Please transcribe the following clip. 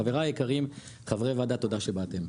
חבריי היקרים, חברי הוועדה, תודה שבאתם.